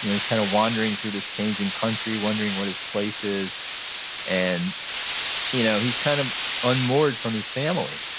yeah he's kind of wandering through this changing country wondering what his place is, and you know he's kind of unmoored from his family.